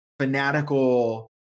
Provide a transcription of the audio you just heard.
fanatical